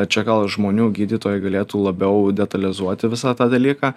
čia gal žmonių gydytojai galėtų labiau detalizuoti visą tą dalyką